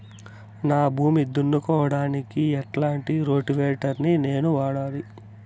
నా భూమి దున్నుకోవడానికి ఎట్లాంటి రోటివేటర్ ని నేను వాడాలి?